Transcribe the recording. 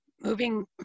Moving